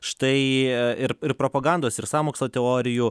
štai ir ir propagandos ir sąmokslo teorijų